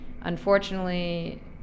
Unfortunately